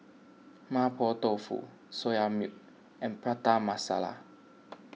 Mapo Tofu Soya Milk and Prata Masala